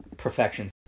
perfection